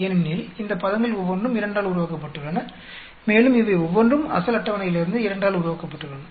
ஏனெனில் இந்த பதங்கள் ஒவ்வொன்றும் 2 ஆல் உருவாக்கப்பட்டுள்ளன மேலும் இவை ஒவ்வொன்றும் அசல் அட்டவணையிலிருந்து 2 ஆல் உருவாக்கப்பட்டுள்ளன